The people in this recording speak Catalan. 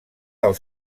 del